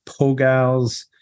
Pogals